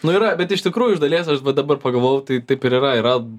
nu yra bet iš tikrųjų iš dalies aš dabar pagalvojau tai taip ir yra yra